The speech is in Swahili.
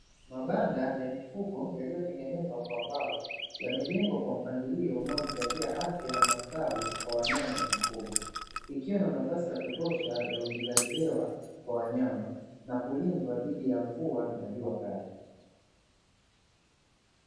Mabanda ya mifugo yaliyotengenezwa kwa mbao yamejengwa kwa mpangilo unaozingatia afya na ustawi kwa wanyama na mifugo, ikiwa na nafasi ya kutosha ya huingizaji hewa kwa wanyama, na kulinda dhidi ya mvua na jua kali.